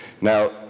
Now